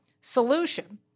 solution